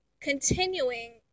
continuing